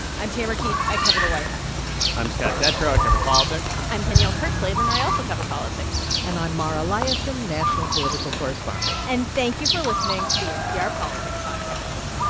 i'm tamara keith. i cover the white house i'm scott detrow. i cover politics i'm danielle kurtzleben, and i also cover politics and i'm mara liasson, national political correspondent and thank you for listening to the npr politics podcast